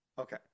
Okay